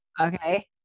Okay